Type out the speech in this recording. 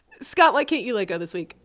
scott, what can't you let go this week?